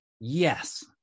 Yes